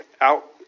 out